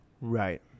Right